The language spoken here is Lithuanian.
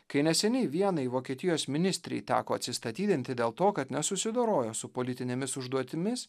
kai neseniai vienai vokietijos ministrei teko atsistatydinti dėl to kad nesusidorojo su politinėmis užduotimis